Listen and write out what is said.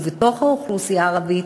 ובתוך האוכלוסייה הערבית,